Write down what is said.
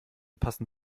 passen